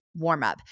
warmup